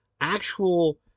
actual